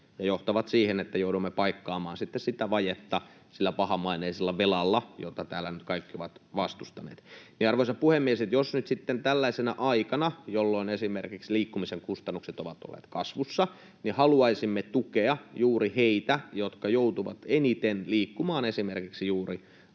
johtaa siihen, että joudumme sitten paikkaamaan sitä vajetta sillä pahamaineisella velalla, jota täällä nyt kaikki ovat vastustaneet. Arvoisa puhemies! Jos nyt sitten tällaisena aikana, jolloin esimerkiksi liikkumisen kustannukset ovat olleet kasvussa, haluaisimme tukea juuri heitä, jotka joutuvat eniten liikkumaan esimerkiksi juuri